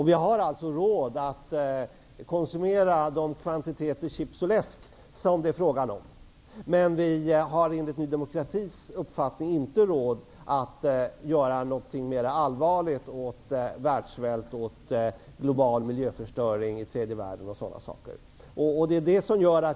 Vi har alltså råd att konsumera de kvantiteter chips och läsk som det är fråga om. Men enligt Ny demokratis uppfattning har vi inte råd att göra något mer allvarligt åt världssvält, global miljöförstöring i tredje världen osv.